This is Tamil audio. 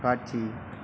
காட்சி